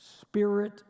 spirit